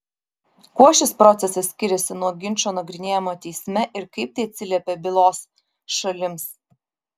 kuo šis procesas skiriasi nuo ginčo nagrinėjimo teisme ir kaip tai atsiliepia bylos šalims